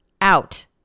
out